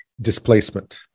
displacement